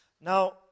Now